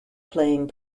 playing